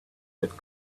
that